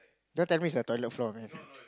don't tell me it's the toilet floor man